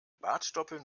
bartstoppeln